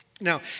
Now